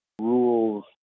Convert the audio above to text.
rules